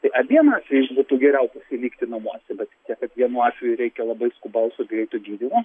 tai abiem atvejais būtų geriau pasilikti namuose bet tiek kad vienu atveju reikia labai skubaus ir greito gydymo